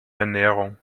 ernährung